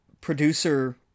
producer